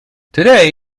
today